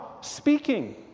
speaking